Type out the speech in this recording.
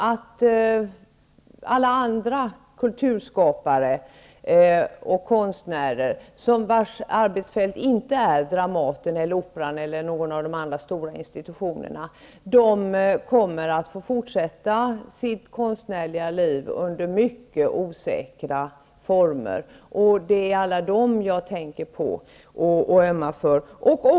Alla andra kulturskapare och konstnärer vars arbetsfält inte är Dramaten eller Operan eller någon av de andra stora institutionerna kommer att få fortsätta sitt konstnärliga liv under mycket osäkra former. Det är alla dessa jag tänker på och ömmar för.